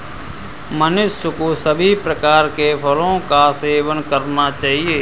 मनुष्य को सभी प्रकार के फलों का सेवन करना चाहिए